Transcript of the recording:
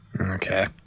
Okay